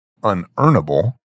unearnable